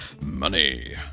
money